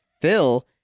Phil